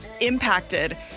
impacted